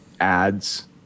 ads